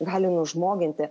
gali nužmoginti